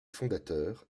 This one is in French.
fondateur